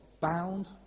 bound